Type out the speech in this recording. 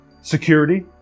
security